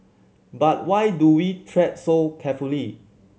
but why do we tread so carefully